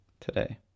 today